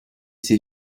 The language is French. ses